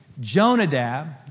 Jonadab